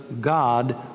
God